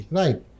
right